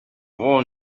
won